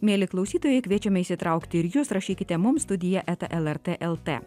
mieli klausytojai kviečiame įsitraukti ir jus rašykite mums studija lrt el t